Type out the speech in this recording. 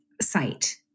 site